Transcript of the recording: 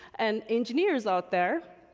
and engineers out there,